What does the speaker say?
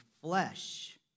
flesh